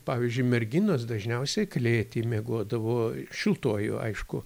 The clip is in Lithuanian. pavyzdžiui merginos dažniausiai klėty miegodavo šiltuoju aišku